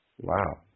Wow